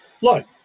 look